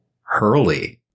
Hurley